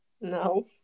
No